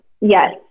Yes